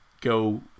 go